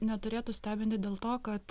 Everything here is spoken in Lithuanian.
neturėtų stebinti dėl to kad